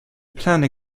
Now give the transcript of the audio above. planned